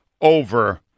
over